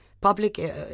public